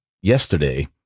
yesterday